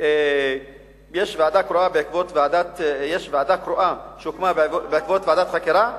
יש ועדה קרואה שהוקמה בעקבות ועדת חקירה,